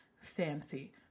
fancy